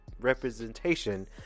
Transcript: representation